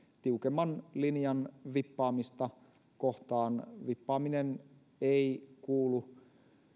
tiukemman linjan vippaamista kohtaan vippaaminen ei kuulu